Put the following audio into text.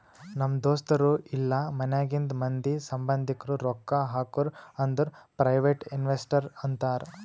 ನಮ್ ದೋಸ್ತರು ಇಲ್ಲಾ ಮನ್ಯಾಗಿಂದ್ ಮಂದಿ, ಸಂಭಂದಿಕ್ರು ರೊಕ್ಕಾ ಹಾಕುರ್ ಅಂದುರ್ ಪ್ರೈವೇಟ್ ಇನ್ವೆಸ್ಟರ್ ಅಂತಾರ್